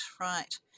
right